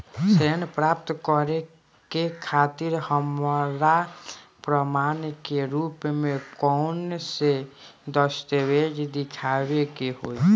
ऋण प्राप्त करे के खातिर हमरा प्रमाण के रूप में कउन से दस्तावेज़ दिखावे के होइ?